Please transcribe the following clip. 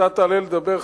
כשאתה תעלה לדבר,